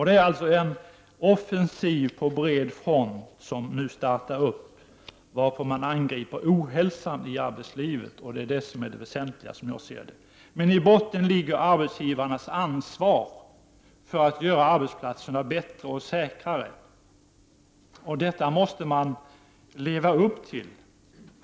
Det är alltså en offensiv på bred front som nu startar för att angripa ohälsan i arbetslivet. Det är det som är det väsentliga, som jag ser det. Men i botten ligger arbetsgivarnas ansvar för att göra arbetsplatserna bättre och säkrare. Detta måste man leva upp till.